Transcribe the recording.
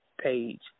page